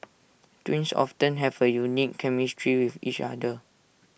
twins off ten have A unique chemistry with each other